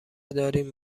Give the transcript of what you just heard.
داریم